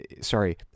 sorry